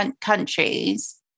countries